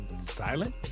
Silent